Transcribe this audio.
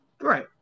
Right